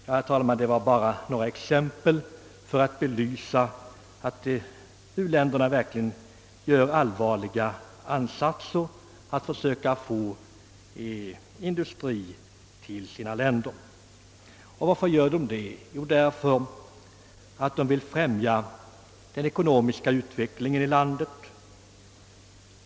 Jag har tagit dessa exempel för att belysa att u-länderna verkligen gör allvarliga insatser för att söka locka industrier till sina länder. Och varför gör de det? Jo, därför att de vill främja den ckonomiska utvecklingen i det egna landet.